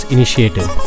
Initiative